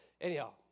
Anyhow